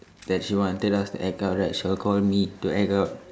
that she wanted us to act out right she will call me to act out